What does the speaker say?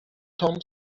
tom